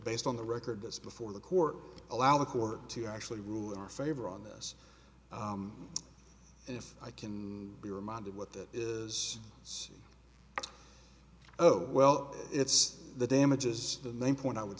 based on the record as before the court allow the court to actually rule in our favor on this and if i can be reminded what that is it's oh well it's the damage is the main point i would